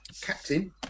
Captain